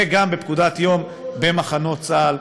וגם בפקודת יום במחנות צה"ל.